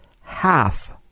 half